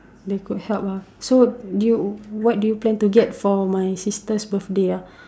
that could help lah so do you what do you plan to get for my sister's birthday ah